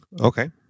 Okay